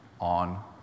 on